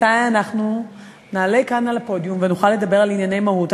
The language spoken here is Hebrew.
מתי אנחנו נעלה כאן על הפודיום ונוכל לדבר על ענייני מהות,